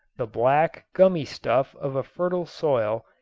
the black, gummy stuff of a fertile soil,